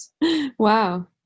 Wow